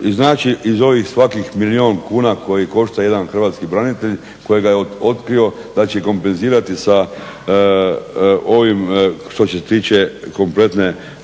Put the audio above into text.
iznaći iz ovih svakih milijun kuna koji košta jedan hrvatski branitelj kojega je otkrio da će kompenzirati sa ovim što se tiče kompletne